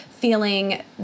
feeling